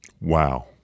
Wow